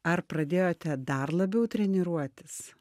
ar pradėjote dar labiau treniruotis